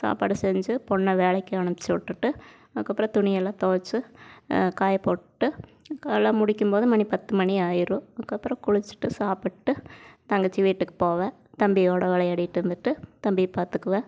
சாப்பாடு செஞ்சு பொண்ணை வேலைக்கு அனுப்பிச்சி விட்டுட்டு அதுக்கப்புறம் துணி எல்லாம் துவச்சு காயப்போட்டுட்டு கால்ல முடிக்கும்போது மணி பத்து மணி ஆயிடும் அதுக்கப்புறம் குளிச்சிட்டு சாப்பிட்டு தங்கச்சி வீட்டுக்கு போவேன் தம்பியோட விளையாடிட்டு இருந்துட்டு தம்பியை பார்த்துக்குவேன்